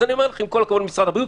אז עם כל הכבוד למשרד הבריאות,